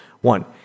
One